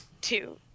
Two